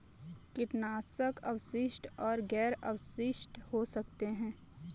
कीटनाशक अवशिष्ट और गैर अवशिष्ट हो सकते हैं